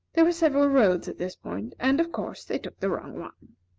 there were several roads at this point and, of course, they took the wrong one.